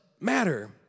matter